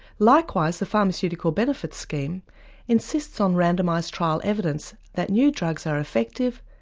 likewise the pharmaceutical benefits scheme insists on randomised trial evidence that new drugs are effective,